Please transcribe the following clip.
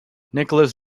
nicholas